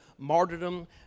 Martyrdom